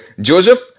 Joseph